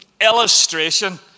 Illustration